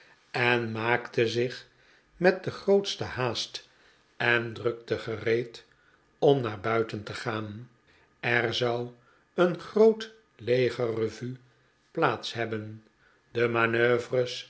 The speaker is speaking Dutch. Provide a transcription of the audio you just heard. en maakte zich met de grootste haast en drukte gereed om naar buiten te gaan er zou een groote legerrevue plaats hebben de manoeuvres